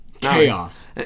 Chaos